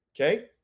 Okay